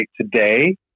today